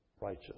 righteous